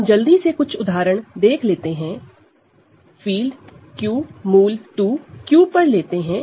हम जल्दी से कुछ उदाहरण देख लेते हैं फील्ड Q √2 ओवर Q लेते हैं